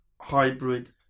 hybrid